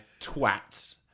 twats